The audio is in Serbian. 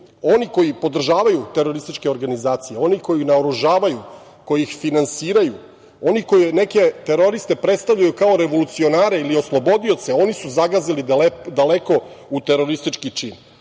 oni koji podržavaju terorističke organizacije, oni koji ih naoružavaju, koji ih finansiraju, oni koji neke teroriste predstavljaju kao revolucionare ili oslobodioce, oni su zagazili daleko u teroristički čin. Po